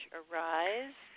arise